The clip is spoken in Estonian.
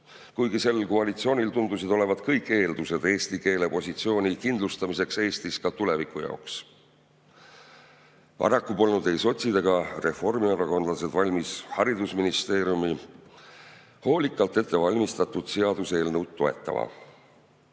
kuigi sel koalitsioonil tundusid olevat kõik eeldused eesti keele positsiooni kindlustamiseks Eestis ka tuleviku jaoks. Paraku polnud ei sotsid ega reformierakondlased valmis haridusministeeriumi hoolikalt ette valmistatud seaduseelnõu toetama.